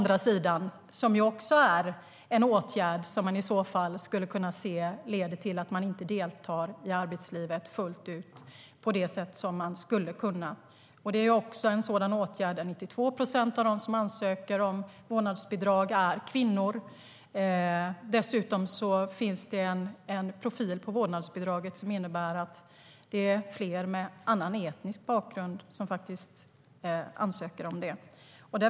Det är ju en åtgärd som leder till att man inte deltar i arbetslivet fullt ut på det sätt man skulle kunna. 92 procent av dem som ansöker om vårdnadsbidrag är kvinnor. Dessutom finns det en profil på vårdnadsbidraget som innebär att det är fler med annan etnisk bakgrund som ansöker om det.